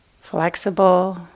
flexible